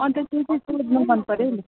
अन्त मनपर्यो नि